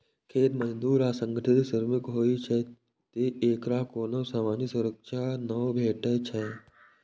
खेत मजदूर असंगठित श्रमिक होइ छै, तें एकरा कोनो सामाजिक सुरक्षा नै भेटै छै